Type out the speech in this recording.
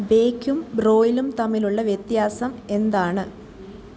ബേക്കും ബ്രോയിലും തമ്മിലുള്ള വ്യത്യാസം എന്താണ്